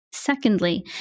Secondly